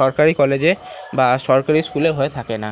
সরকারি কলেজে বা সরকারি স্কুলে হয়ে থাকে না